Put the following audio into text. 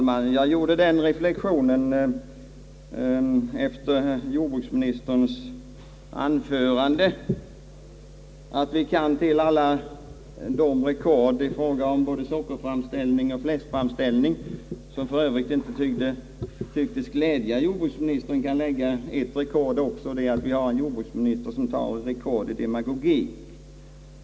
Herr talman! Efter jordbruksministerns anförande gjorde jag den reflexionen att vi till alla rekord inom både sockerframställningen och fläskframställningen — vilka för övrigt inte tycks glädja jordbruksministern — också kan lägga det rekordet att vi har en jordbruksminister som sätter rekord i demagogi.